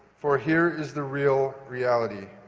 for here is the real reality.